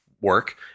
work